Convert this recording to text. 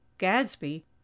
Gadsby